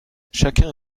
chacun